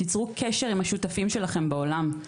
תצרו קשר עם השותפים שלכם בעולם.